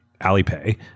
alipay